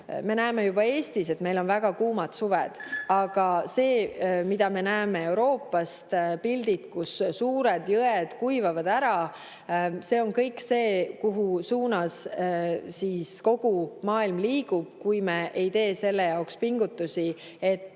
me nägime juba Eestis, et meil on väga kuumad suved, aga see, mida me näeme Euroopas, pildid, kus suured jõed kuivavad ära – see on kõik see, kuhu suunas kogu maailm liigub, kui me ei tee selle jaoks pingutusi, et